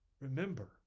remember